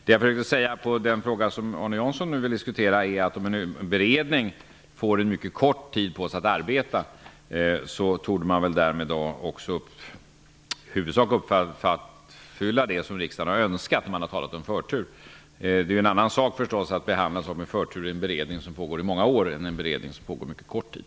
Det jag försökte säga när det gäller den fråga som Arne Jansson nu vill diskutera var att om en beredning får en mycket kort tid på sig att arbeta torde den väl därmed också i huvudsak uppfylla det som riksdagen har önskat när man har talat om förtur. Det är en annan sak att behandla en sak med förtur i en beredning som pågår i många år än i en beredning som pågår en mycket kort tid.